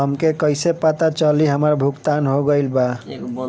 हमके कईसे पता चली हमार भुगतान हो गईल बा?